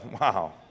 Wow